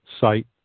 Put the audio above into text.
site